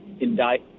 indict